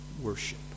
worship